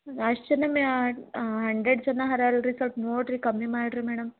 ಅಷ್ಟೆನಮಿ hundred ಜನ ಹರಲ್ರಿ ಸ್ವಲ್ಪ್ ನೋಡ್ರಿ ಕಮ್ಮಿ ಮಾಡ್ರಿ ಮೇಡಮ್